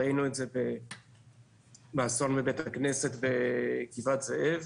ראינו את זה באסון בבית הכנסת בגבעת זאב,